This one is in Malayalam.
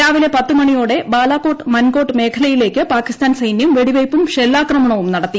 രാവിലെ പത്ത് മണിയോടെ ബാലാകോട്ട് മൻകോട്ട് മേഖലയില്ലേക്ക് പാകിസ്ഥാൻ സൈന്യം വെടിവയ്പ്പും ഷെല്ലാക്രമണവും നടത്തി